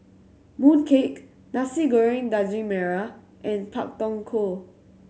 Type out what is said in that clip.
Mooncake Nasi Goreng Daging Merah and Pak Thong Ko